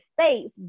states